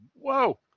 Whoa